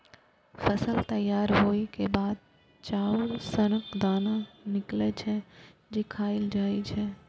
फसल तैयार होइ के बाद चाउर सनक दाना निकलै छै, जे खायल जाए छै